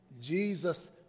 Jesus